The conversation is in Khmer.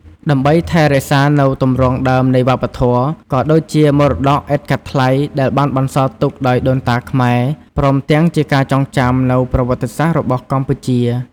ដើម្បីថែរក្សានូវទម្រង់ដើមនៃវប្បធម៌ ក៏ដូចជាមរតកឥតកាត់ថ្លៃដែលបានបន្សល់ទុកដោយដូនតាខ្មែរ ព្រមទាំងជាការចងចាំនូវប្រវត្តិសាស្ត្ររបស់កម្ពុជា។